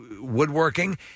woodworking